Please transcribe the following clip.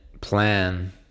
plan